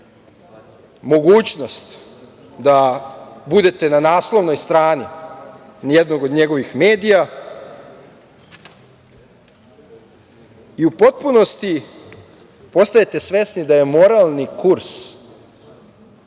mogućnost da budete na naslovnoj strani jednog od njegovih medija i u potpunosti postajete svesni da je moralni kurs